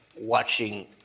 watching